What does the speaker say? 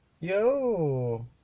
Yo